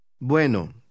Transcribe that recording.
Bueno